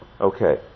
Okay